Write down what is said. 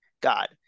God